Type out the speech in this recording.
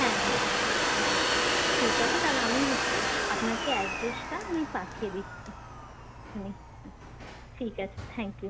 হ্যাঁ হ্যাঁ হ্যাঁ হ্যাঁ হ্যাঁ ম্যাম ঠিক আছে তাহলে আমি হচ্ছে আপনাকে অ্যাড্রেসটা আমি পাঠিয়ে দিচ্ছি এক্ষুণি হুম ঠিক আছে থ্যাংক ইউ